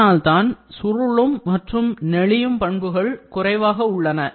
இதனால்தான் சுருளும் மட்டும் நெளியும் பண்புகள் குறைவாக உள்ளன